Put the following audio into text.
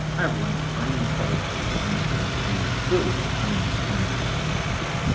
hi, everyone, my name is carter booth and i'm the chair of community boo! i mean, community board two, manhattan.